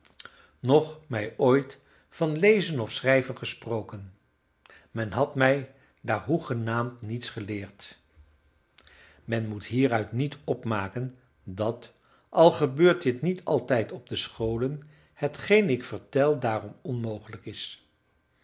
noch mij ooit van lezen of schrijven gesproken men had mij daar hoegenaamd niets geleerd men moet hieruit niet opmaken dat al gebeurt dit niet altijd op de scholen hetgeen ik vertel daarom onmogelijk is